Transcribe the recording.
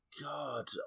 God